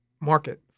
market